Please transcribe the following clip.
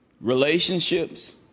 relationships